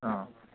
औ